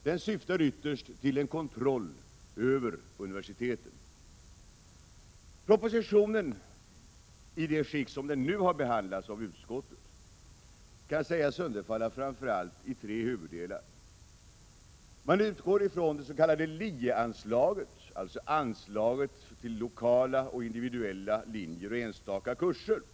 Den syftar ytterst till en kontroll över universiteten. Propositionen, i det skick som den nu har behandlats av utskottet, kan sägas sönderfalla i tre huvuddelar. Man utgår från det s.k. LIE-anslaget, dvs. anslaget till lokala och individuella linjer och enstaka kurser.